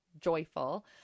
joyful